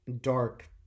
dark